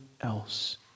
else